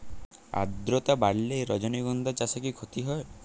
আদ্রর্তা বাড়লে রজনীগন্ধা চাষে কি ক্ষতি হয়?